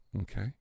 okay